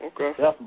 Okay